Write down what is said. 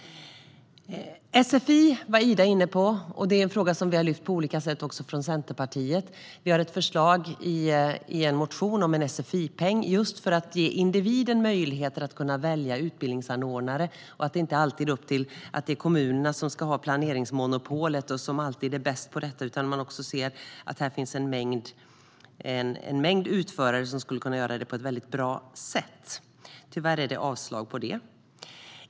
Ida Drougge var inne på sfi, en fråga som även vi i Centerpartiet har lyft upp på olika sätt. Vi har ett förslag i en motion om en sfi-peng just för att ge individen möjlighet att välja utbildningsanordnare och att det inte alltid ska vara kommunerna som har planeringsmonopolet och är bäst på detta. Det finns en mängd utförare som skulle kunna göra detta på ett mycket bra sätt. Tyvärr avslås det förslaget.